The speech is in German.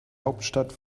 hauptstadt